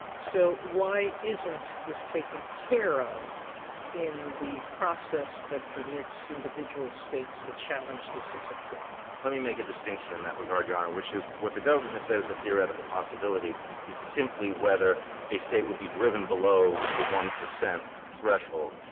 so why isn't this taken care of in the process that permits individual states to challenge this as applied? keisler let me make a distinction in that regard, your honor, which is what the government says is a theoretical possibility is simply whether a state would be driven below the one percent threshold.